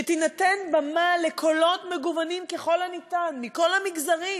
שתינתן במה לקולות מגוונים ככל הניתן מכל המגזרים.